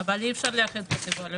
אבל אי אפשר לאחד קטגוריות.